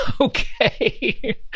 Okay